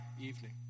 evening